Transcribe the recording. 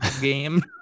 game